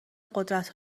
قدرت